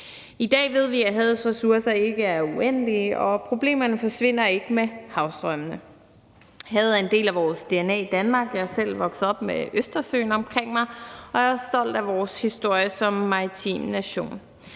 I dag ved vi, at havets ressourcer ikke er uendelige, og problemerne forsvinder ikke med havstrømmene. Havet er en del af vores dna i Danmark. Jeg er selv vokset op med Østersøen omkring mig, og jeg er stolt af vores historie som maritim nation.